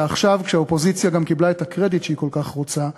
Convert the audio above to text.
ועכשיו כשהאופוזיציה גם קיבלה את הקרדיט שהיא כל כך רוצה,